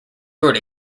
wrote